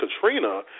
Katrina